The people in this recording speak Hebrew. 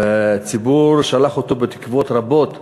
הציבור שלח אותו בתקוות רבות.